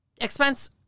expense